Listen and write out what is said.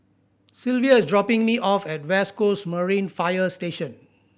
Sylvia is dropping me off at West Coast Marine Fire Station